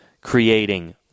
creating